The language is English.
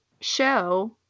show